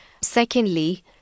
Secondly